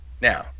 Now